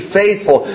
faithful